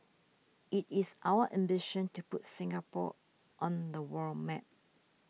it is our ambition to put Singapore on the world map